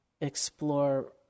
explore